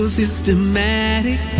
systematic